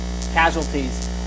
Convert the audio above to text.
casualties